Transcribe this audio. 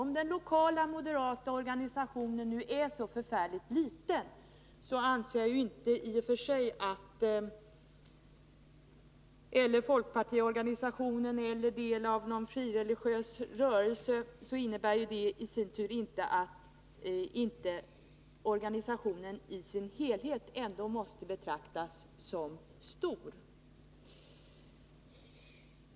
Om den lokala moderata organisationen — eller folkpartiorganisationen, eller avdelningen av någon frireligiös rörelse — nu är så förfärligt liten, så innebär det i och för sig inte att organisationen i sin helhet inte ändå måste betraktas som stor.